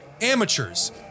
amateurs